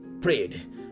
prayed